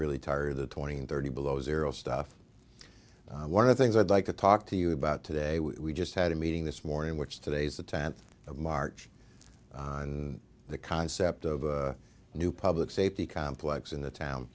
really tired of the twenty and thirty below zero stuff one of things i'd like to talk to you about today we just had a meeting this morning which today is the tenth of march on the concept of a new public safety complex in the town